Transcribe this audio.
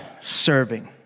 serving